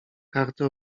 karty